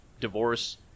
divorce